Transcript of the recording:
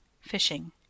fishing